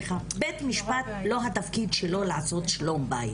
זה לא תפקידו של בית המשפט לעשות שלום בית.